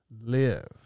live